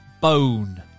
bone